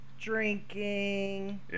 drinking